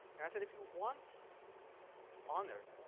and i said if you want to honor